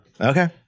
Okay